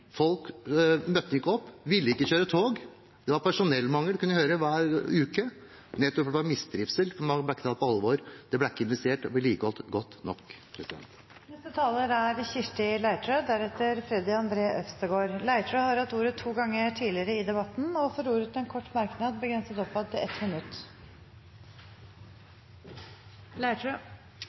Folk møtte ikke opp, ville ikke kjøre tog. Det var personellmangel man kunne høre om hver uke, nettopp fordi det var mistrivsel, for man ble ikke tatt på alvor, det ble ikke investert og vedlikeholdt godt nok. Representanten Kirsti Leirtrø har hatt ordet to ganger tidligere i debatten og får ordet til en kort merknad, begrenset til